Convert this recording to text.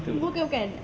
itu